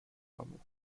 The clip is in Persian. آموخت